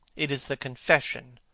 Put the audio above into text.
it is the confession,